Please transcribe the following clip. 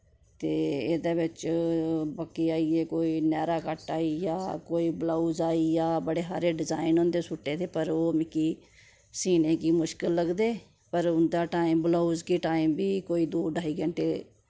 ते एह्दे बिच बाकी आई गे कोई नायरा कट आई आ कोई ब्लाउज आई आ बड़े हारे डिजाइन होंदे सुटे दे पर ओह् मिगी सीने गी मुश्कल लगदे पर उंदा टाइम ब्लाउज गी टाइम बी कोई दो ढाई घैंटे